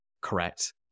correct